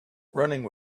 running